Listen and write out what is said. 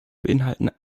beinhalten